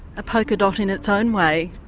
a polka dot in its own way.